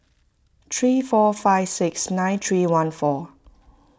three four five six nine three one four